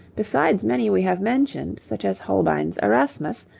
besides many we have mentioned, such as holbein's erasmus,